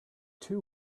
two